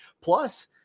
Plus